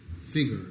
figure